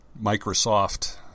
Microsoft